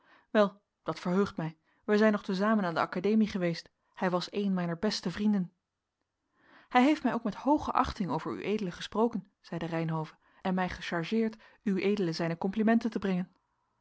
wel dat verheugt mij wij zijn nog te zamen aan de academie geweest hij was een mijner beste vrienden hij heeft mij ook met hooge achting over ued gesproken zeide reynhove en mij gechargeerd ued zijne complimenten te brengen